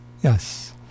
Yes